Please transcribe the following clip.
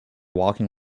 walking